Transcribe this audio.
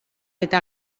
eta